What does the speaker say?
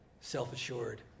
self-assured